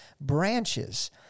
branches